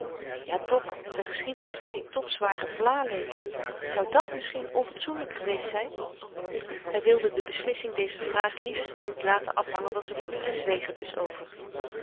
ja toch de geschiedenis met dien topzwaren vlâlepel zou dàt misschien onfatsoenlyk geweest zyn hy wilde de beslissing dezer vraag liefst niet laten afhangen van z'n moeder en zweeg er dus over